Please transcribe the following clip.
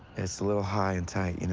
it's a little high and tight, you know